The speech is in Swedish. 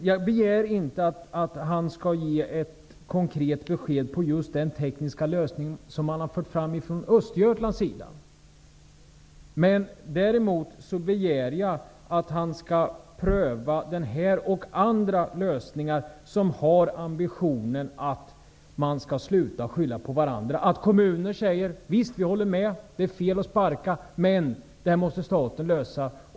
Jag begär inte att statsrådet skall ge ett konkret besked när det gäller just den tekniska lösning som har förts fram från Östergötland. Däremot begär jag att han skall pröva den här och andra lösningar som har ambitionen att man skall sluta att skylla på varandra. Kommuner säger: Visst, vi håller med om att det är fel att sparka folk, men det här måste staten lösa.